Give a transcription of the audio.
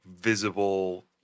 visible